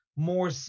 More